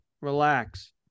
Relax